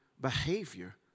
behavior